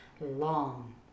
long